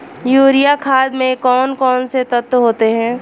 Urea खाद में कौन कौन से तत्व होते हैं?